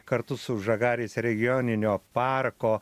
kartu su žagarės regioninio parko